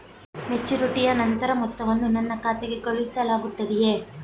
ಮೆಚುರಿಟಿಯ ನಂತರ ಮೊತ್ತವನ್ನು ನನ್ನ ಖಾತೆಗೆ ಕಳುಹಿಸಲಾಗುತ್ತದೆಯೇ?